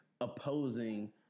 opposing